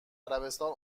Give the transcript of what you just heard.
عربستان